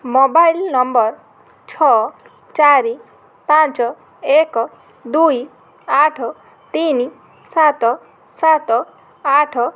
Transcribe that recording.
mobile number ଛଅ ଚାରି ପାଞ୍ଚ ଏକ ଦୁଇ ଆଠ ତିନି ସାତ ସାତ ଆଠ